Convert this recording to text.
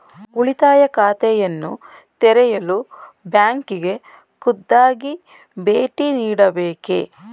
ಉಳಿತಾಯ ಖಾತೆಯನ್ನು ತೆರೆಯಲು ಬ್ಯಾಂಕಿಗೆ ಖುದ್ದಾಗಿ ಭೇಟಿ ನೀಡಬೇಕೇ?